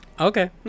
Okay